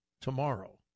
tomorrow